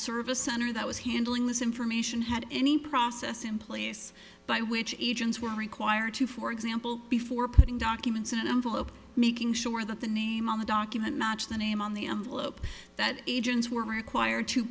service center that was handling this information had any process in place by which agents were required to for example before putting documents in an envelope making sure that the name on the document match the name on the envelope that agents were required to